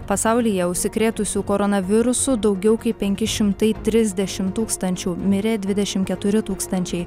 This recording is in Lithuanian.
pasaulyje užsikrėtusių koronavirusu daugiau kaip penki šimtai trisdešimt tūkstančių mirė dvidešimt keturi tūkstančiai